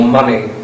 money